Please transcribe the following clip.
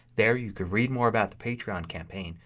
there you could read more about the patreon campaign.